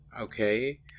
Okay